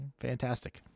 Fantastic